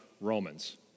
Romans